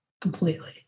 completely